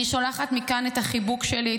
אני שולחת מכאן את החיבוק שלי,